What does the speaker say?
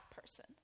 person